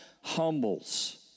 humbles